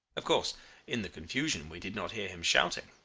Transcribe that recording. of course in the confusion we did not hear him shouting.